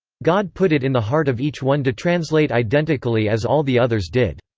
god put it in the heart of each one to translate identically as all the others did.